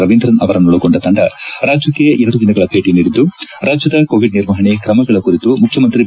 ರವೀಂದ್ರನ್ ಅವರನ್ನೊಳಗೊಂಡ ತಂಡ ರಾಜ್ಯಕ್ಕೆ ಎರಡು ದಿನಗಳ ಭೇಟಿ ನೀಡಿದ್ದು ರಾಜ್ಯದ ಕೋವಿಡ್ ನಿರ್ವಹಣೆ ಕ್ರಮಗಳ ಕುರಿತು ಮುಖ್ಯಮಂತ್ರಿ ಬಿ